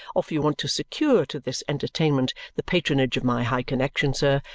or if you want to secure to this entertainment the patronage of my high connexion, sir,